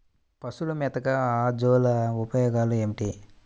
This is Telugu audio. పశువుల మేతగా అజొల్ల ఉపయోగాలు ఏమిటి?